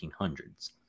1800s